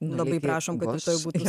labai prašom kad rytoj būtų